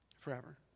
forever